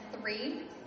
three